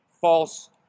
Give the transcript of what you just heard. false